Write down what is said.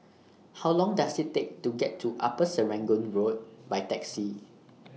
How Long Does IT Take to get to Upper Serangoon Road By Taxi